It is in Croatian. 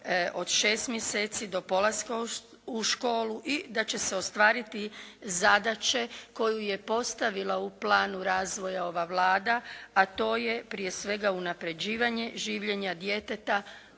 od 6 mjeseci do polaska u školu i da će se ostvariti zadaće koju je postavila u planu razvoja ova Vlada, a to je prije svega unapređivanje življenja djeteta